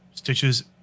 Stitches